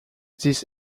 this